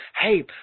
Hey